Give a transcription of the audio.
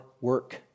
work